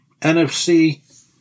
NFC